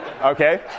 okay